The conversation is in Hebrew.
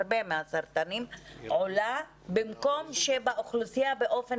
מהסרטנים עולה במקום שבאוכלוסייה באופן